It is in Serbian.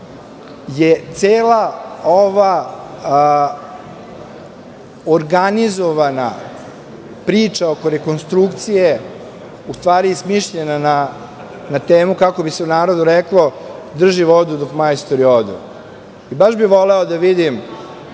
je cela ova organizovana priča oko rekonstrukcije u stvari smišljena na temu, kako bi se u narodu reklo – drži vodu dok majstori odu. Baš bih voleo da vidim,